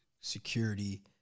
security